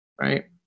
right